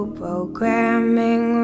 programming